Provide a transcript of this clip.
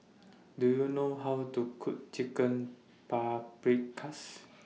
Do YOU know How to Cook Chicken Paprikas